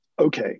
okay